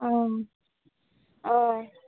অঁ